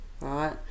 Right